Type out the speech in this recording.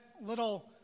little